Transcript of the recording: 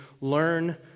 learn